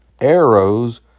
arrows